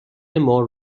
مار